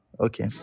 Okay